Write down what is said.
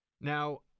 now